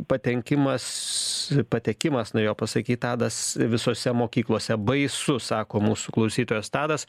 patenkimas patekimas norėjo pasakyt tadas visose mokyklose baisu sako mūsų klausytojas tadas